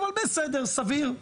אבל בסדר סביר,